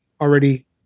already